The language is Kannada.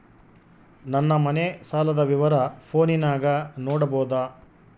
ನನ್ನ ಮನೆ ಸಾಲದ ವಿವರ ಫೋನಿನಾಗ ನೋಡಬೊದ?